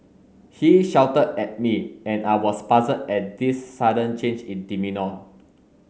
he shouted at me and I was puzzled at this sudden change in demeanour